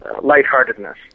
lightheartedness